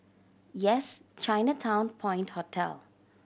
Yes Chinatown Point Hotel